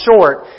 short